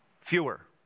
Fewer